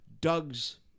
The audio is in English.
Doug's